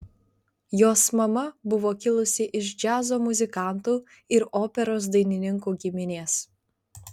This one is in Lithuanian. jos mama buvo kilusi iš džiazo muzikantų ir operos dainininkų giminės